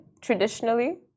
traditionally